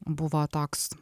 buvo toks